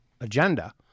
agenda